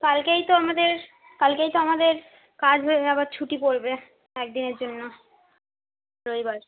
কালকেই তো আমাদের কালকেই তো আমাদের কাজ হয়ে আবার ছুটি পড়বে একদিনের জন্য রবিবার